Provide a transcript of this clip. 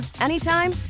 anytime